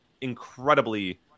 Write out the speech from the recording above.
incredibly